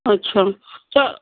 अच्छा तर